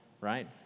right